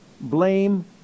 blame